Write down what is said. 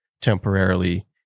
temporarily